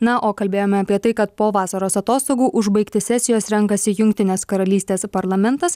na o kalbėjome apie tai kad po vasaros atostogų užbaigti sesijos renkasi jungtinės karalystės parlamentas